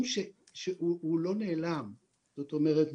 נתנו שרפרף, קוראים לו תמיכה, סובסידיה, הסכם